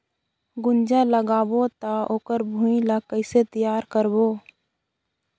गुनजा लगाबो ता ओकर भुईं ला कइसे तियार करबो?